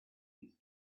his